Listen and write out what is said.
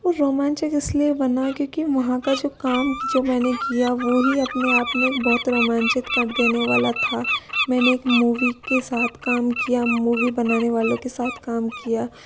वह रोमांचक इसलिए बना क्योंकि वहाँ का जो काम जो मैंने किया वो ही अपने आप में बहुत रोमांचित कर देने वाला था मैंने एक मूवी के साथ काम किया मूवी बनाने वालों के साथ काम किया